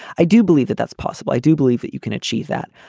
i do believe that that's possible i do believe that you can achieve that.